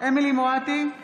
אמילי חיה מואטי,